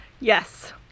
Yes